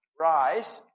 rise